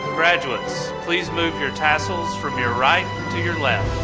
graduates, please move your tassels from your right to your left.